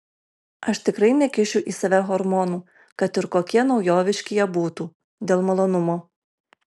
aš tikrai nekišiu į save hormonų kad ir kokie naujoviški jie būtų dėl malonumo